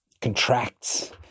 contracts